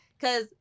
Cause